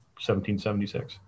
1776